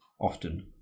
often